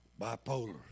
Bipolar